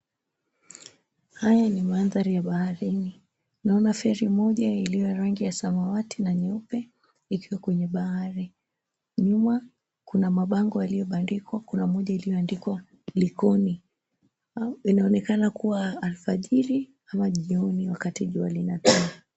Haya ni mandhari ya baharini. Naona feri moja iliyo rangi ya samawati na nyeupe ikiwa kwenye bahari. Nyuma kuna mabango yaliyobandikwa, kuna moja iliyoandikwa 'Likoni' . Inaonekana kua alfajiri ama jioni wakati jua linatua.